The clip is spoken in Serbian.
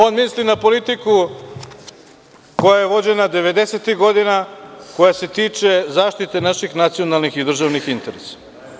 On misli na politiku koja je vođena 90-ih godina koja se tiče zaštite naših nacionalnih i državnih interesa.